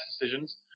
decisions